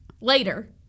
later